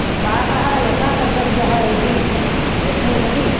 पाकः यथा कर्तव्यः इति प्रश्ने सति